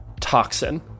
toxin